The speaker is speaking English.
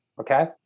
Okay